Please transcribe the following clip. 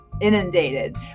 inundated